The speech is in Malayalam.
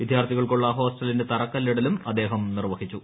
വിദ്യാർത്ഥികൾക്കുള്ള ഹോസ്റ്റലിന്റെ തറക്കല്ലിടലും അദ്ദേഹം നിർവ്വഹിച്ചു